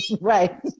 Right